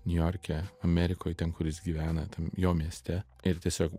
niujorke amerikoj ten kur jis gyvena tam jo mieste ir tiesiog